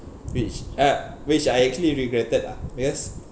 which uh which I actually regretted lah because